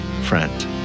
friend